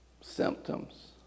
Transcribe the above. Symptoms